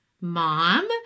mom